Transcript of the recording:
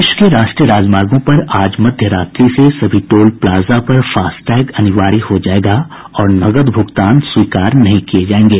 देश के राष्ट्रीय राजमार्गों पर आज मध्य रात्रि से सभी टोल प्लाजा पर फास्टैग अनिवार्य हो जाएगा और नकद भुगतान स्वीकार नहीं किये जायेंगे